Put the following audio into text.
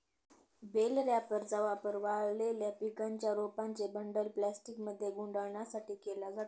bell रॅपरचा वापर वाळलेल्या पिकांच्या रोपांचे बंडल प्लास्टिकमध्ये गुंडाळण्यासाठी केला जातो